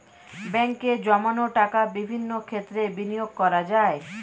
ব্যাঙ্কে জমানো টাকা বিভিন্ন ক্ষেত্রে বিনিয়োগ করা যায়